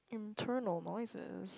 internal noises